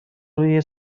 روی